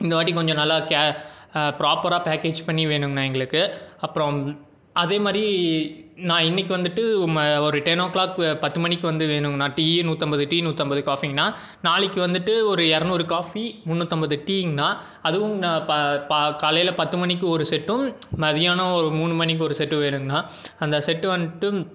இந்த வாட்டி கொஞ்சம் நல்லா கேர் ப்ராப்பராக பேக்கேஜ் பண்ணி வேணுங்கணா எங்களுக்கு அப்புறம் அதே மாதிரி நான் இன்னைக்கி வந்துவிட்டு ஒரு டென் ஓ கிளாக் பத்து மணிக்கு வந்து வேணுங்கணா டீ நூற்றைம்பது டீ நூற்றைம்பது காஃபிங்கணா நாளைக்கு வந்துவிட்டு ஒரு இரநூறு காஃபி முன்னூற்றைம்பது டீங்கணா அதுவும் காலையில் பத்து மணிக்கு ஒரு செட்டும் மதியானம் ஒரு மூணு மணிக்கு ஒரு செட்டும் வேணுங்கணா அந்த செட்டு வந்துட்டு